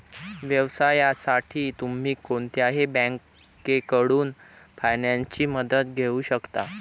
व्यवसायासाठी तुम्ही कोणत्याही बँकेकडून फायनान्सची मदत घेऊ शकता